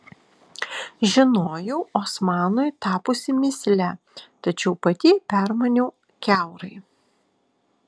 žinojau osmanui tapusi mįsle tačiau pati jį permaniau kiaurai